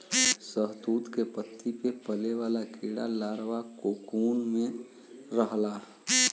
शहतूत के पत्ती पे पले वाला कीड़ा लार्वा कोकून में रहला